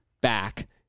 back